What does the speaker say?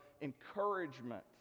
encouragement